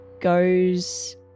goes